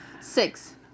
Six